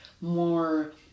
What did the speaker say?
more